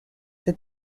that